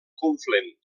conflent